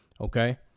Okay